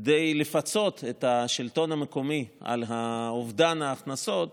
כדי לפצות את השלטון המקומי על אובדן ההכנסות